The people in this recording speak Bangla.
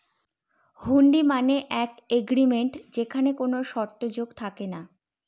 হুন্ডি মানে এক এগ্রিমেন্ট যেখানে কোনো শর্ত যোগ থাকে না